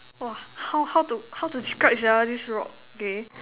!wah! how how to how to describe sia this rock K